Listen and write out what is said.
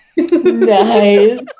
Nice